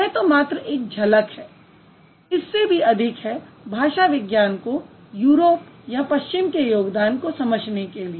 यह तो मात्र एक झलक है इससे भी अधिक है भाषा विज्ञान को यूरोप या पश्चिम के योगदान को समझने के लिए